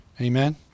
Amen